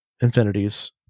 infinities